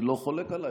אני לא חולק עליך.